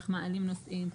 איך מעלים נוסעים,